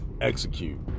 execute